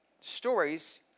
stories